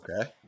Okay